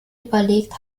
überlegt